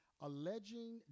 alleging